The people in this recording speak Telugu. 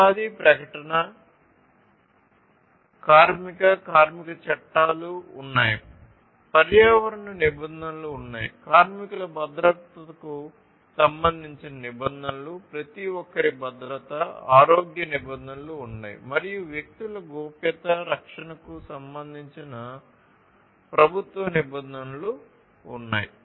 ఉపాధి ప్రకటన కార్మిక కార్మిక చట్టాలు ఉన్నాయి పర్యావరణ నిబంధనలు ఉన్నాయి కార్మికుల భద్రతకు సంబంధించిన నిబంధనలు ప్రతి ఒక్కరి భద్రత ఆరోగ్య నిబంధనలు ఉన్నాయి మరియు వ్యక్తుల గోప్యతా రక్షణకు సంబంధించిన ప్రభుత్వ నిబంధనలు ఉన్నాయి